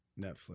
Netflix